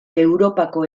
europako